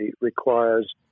requires